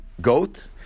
goat